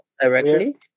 directly